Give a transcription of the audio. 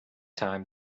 time